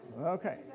Okay